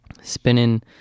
spinning